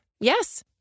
Yes